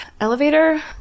elevator